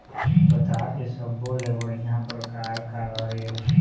पताल के सब्बो ले बढ़िया परकार काहर ए?